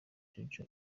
jojo